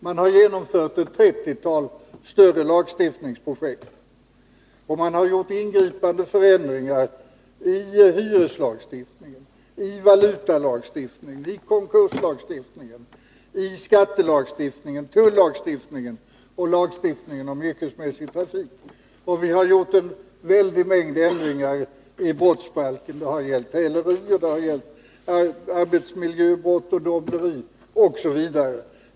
Man har genomfört ett trettiotal större lagstiftningsprojekt. Man har gjort ingripande förändringar i hyreslagstiftningen, i valutalagstiftningen, i konkurslagstiftningen, i skattelagstiftningen, i tullagstiftningen och i lagstiftningen om yrkesmässig trafik. Vi har företagit en stor mängd ändringar i brottsbalken: de har gällt häleri, de har gällt arbetsmiljöbrott och dobbleri, osv.